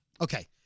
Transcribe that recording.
Okay